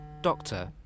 doctor